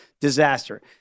Disaster